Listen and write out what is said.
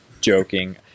joking